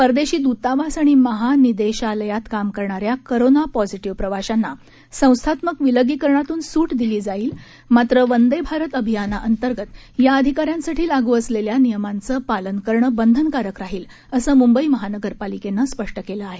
परदेशी दूतावास आणि महानिदेशलायत काम करणाऱ्या कोरोना पॉझिटिव्ह प्रवाशांना संस्थात्मक विलगीकरणातून सूट दिली जाईल मात्र वंदे भारत अभियानाअंतर्गत या अधिकाऱ्यांसाठी लागू असलेल्या नियमांचं पालन करणं बंधनकारक राहील असं मुंबई महानगरपालिकेनं स्पष्ट केलं आहे